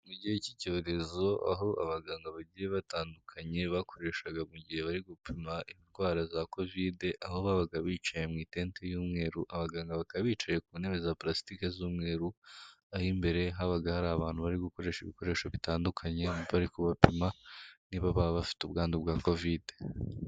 Mu gihe cy'icyorezo aho abaganga bagiye batandukanye bakoreshaga mu gihe bari gupima indwara za covide, aho babaga bicaye mutente y'umweru abaganga bakaba bicaye ku ntebe za pulasitiki z'umweru, aho imbere habaga hari abantu bari gukoresha ibikoresho bitandukanye bari kubapima niba bafite ubwandu bwa covide.